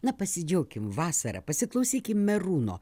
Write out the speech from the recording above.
na pasidžiaukim vasara pasiklausykim merūno